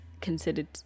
considered